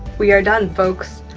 we are done, folks.